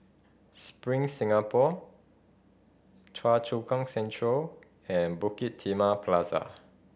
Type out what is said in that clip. Spring Singapore Choa Chu Kang Central and Bukit Timah Plaza